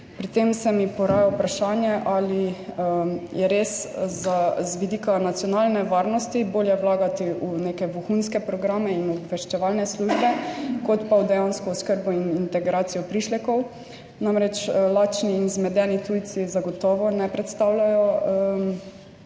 Pri tem se mi poraja vprašanje, ali je res z vidika nacionalne varnosti bolje vlagati v neke vohunske programe in obveščevalne službe kot pa v dejansko oskrbo in integracijo prišlekov. Namreč, lačni in zmedeni tujci zagotovo ne predstavljajo neke